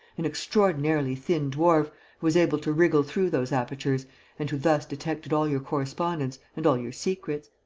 an extraordinarily thin dwarf, who was able to wriggle through those apertures and who thus detected all your correspondence and all your secrets.